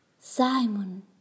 Simon